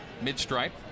mid-stripe